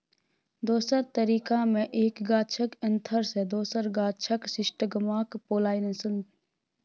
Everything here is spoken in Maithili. दोसर तरीका मे एक गाछक एन्थर सँ दोसर गाछक स्टिगमाक पोलाइनेशन